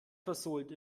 versohlt